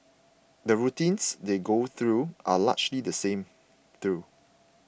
the routines they go through are largely the same though